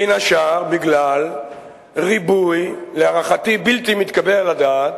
בין השאר בגלל ריבוי, להערכתי בלתי מתקבל על הדעת,